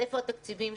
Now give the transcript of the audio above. אם כן, היכן